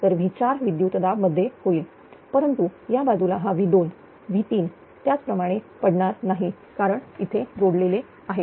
तर V4 विद्युत दाब मध्ये होईल परंतु या बाजूला हा V2 V3 त्याप्रमाणे पडणार नाही कारण इथे जोडलेले आहेत